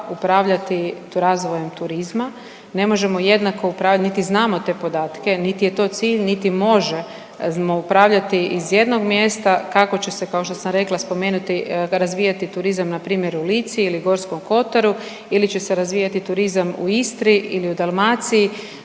upravljati razvojem turizma, ne možemo jednako, niti znamo te podatke, niti je to cilj, niti možemo upravljati iz jednog mjesta kako će kao što sam rekla spomenuti, razvijati turizam npr. u Lici ili Gorskom kotaru ili će se razvijati turizam u Istri ili u Dalmaciji.